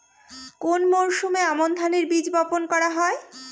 কোন মরশুমে আমন ধানের বীজ বপন করা হয়?